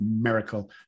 miracle